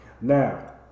Now